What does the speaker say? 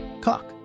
Cock